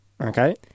Okay